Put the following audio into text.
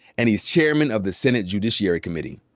and he's chairman of the senate judiciary committee.